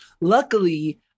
luckily